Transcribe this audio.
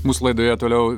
mūsų laidoje toliau